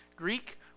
Greek